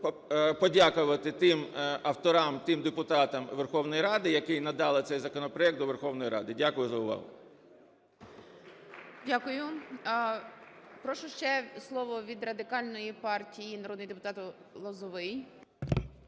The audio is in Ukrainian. подякувати тим авторам, тим депутатам Верховної Ради, які надали цей законопроект до Верховної Ради. Дякую за увагу. ГОЛОВУЮЧИЙ. Дякую. Прошу ще слово від Радикальної партії. Народний депутат Лозовий.